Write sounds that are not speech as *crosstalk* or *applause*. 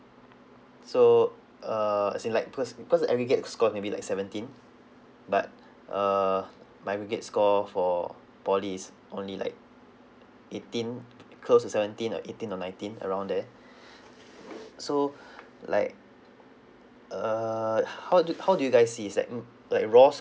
so err as in like because because the aggregate score maybe like seventeen but err my aggregate score for polytechnic is only like eighteen close to seventeen or eighteen or nineteen around there *breath* so like err how do how do you guys see is like uh like raw